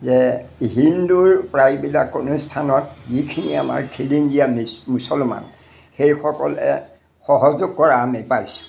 যে হিন্দুৰ প্ৰায়বিলাক অনুষ্ঠানত যিখিনি আমাৰ খিলঞ্জীয়া মি মুছলমান সেইসকলে সহযোগ কৰা আমি পাইছোঁ